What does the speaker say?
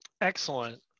Excellent